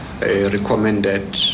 recommended